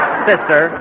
Sister